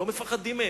לא מפחדים מהם,